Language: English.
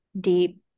deep